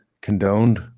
condoned